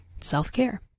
self-care